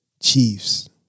Chiefs